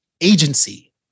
agency